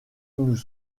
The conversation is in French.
nous